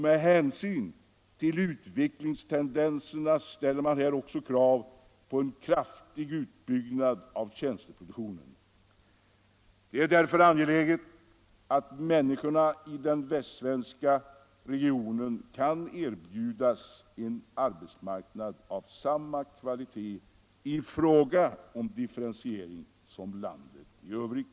Med hänsyn till utvecklingstendenserna ställer man här också krav på en kraftig utbyggnad av tjänsteproduktionen. Det är därför angeläget att människorna i den västsvenska regionen kan erbjudas en arbetsmarknad av samma kvalitet i fråga om differentiering som landet i övrigt.